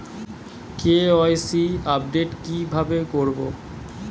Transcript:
KYC update কি ভাবে করবো?